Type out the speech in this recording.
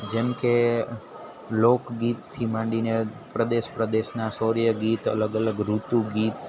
જેમકે લોકગીતથી માંડીને પ્રદેશ પ્રદેશના શૌર્ય ગીત અલગ અલગ ઋતુ ગીત